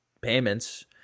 payments